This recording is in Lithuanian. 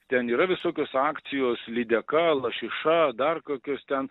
ten yra visokios akcijos lydeka lašiša dar kokios ten